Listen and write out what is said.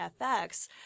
FX